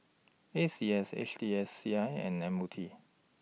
A C S H T S C I and M O T